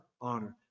honor